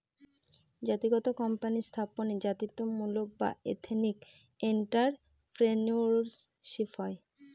জাতিগত কোম্পানি স্থাপনে জাতিত্বমূলক বা এথেনিক এন্ট্রাপ্রেনিউরশিপ হয়